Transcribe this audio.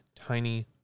tiny